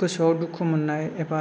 गोसोआव दुखु मोन्नाय एबा